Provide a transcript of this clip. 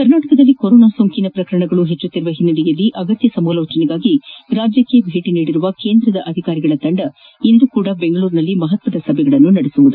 ಕರ್ನಾಟಕದಲ್ಲಿ ಕೊರೋನಾ ಸೋಂಕಿನ ಪ್ರಕರಣಗಳು ಹೆಚ್ಚಾಗುತ್ತಿರುವ ಹಿನ್ನೆಲೆಯಲ್ಲಿ ಅಗತ್ಯ ಸಮಾಲೋಚನೆಗಾಗಿ ರಾಜ್ಯಕ್ಕೆ ಭೇಟಿ ನೀಡಿರುವ ಕೇಂದ್ರದ ಅಧಿಕಾರಿಗಳ ತಂಡ ಇಂದು ಸಹ ಬೆಂಗಳೂರಿನಲ್ಲಿ ಮಹತ್ವದ ಸಭೆಯನ್ನು ನಡೆಸಲಿದೆ